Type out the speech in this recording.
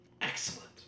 excellent